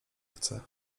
chce